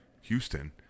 Houston